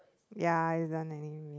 ya